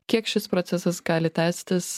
kiek šis procesas gali tęstis